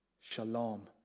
shalom